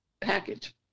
Package